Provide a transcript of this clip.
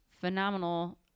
phenomenal